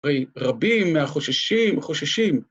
הרי רבים מהחוששים, חוששים.